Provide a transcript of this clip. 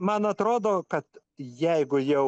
man atrodo kad jeigu jau